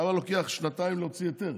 למה לוקח שנתיים להוציא היתר?